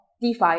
DeFi